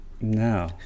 No